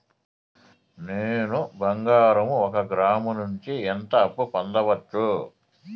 నేను బంగారం ఒక గ్రాము నుంచి ఎంత అప్పు పొందొచ్చు